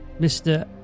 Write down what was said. Mr